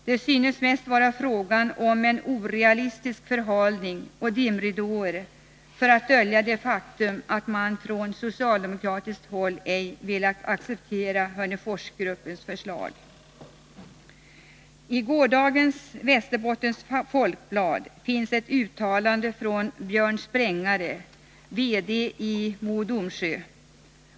Det synes mest vara fråga om en orealistisk förhalning och utläggande av dimridåer för att dölja det faktum att man från socialdemokratiskt håll ej har velat acceptera Hörneforsgruppens förslag. I gårdagens nummer av Västerbottens Folkblad finns ett uttalande från Björn Sprängare, VD i Mo och Domsjö.